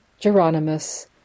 Geronimus